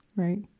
right.